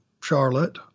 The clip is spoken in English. Charlotte